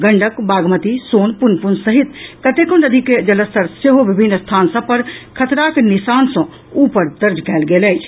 गंडक बागमती सोन पुनपुन सहित कतेको नदी के जलस्तर सेहो विभिन्न स्थान सभ पर खतराक निशान सॅ ऊपर दर्ज कयल गेल अछि